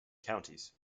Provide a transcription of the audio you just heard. counties